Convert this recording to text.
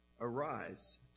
Arise